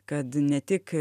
kad ne tik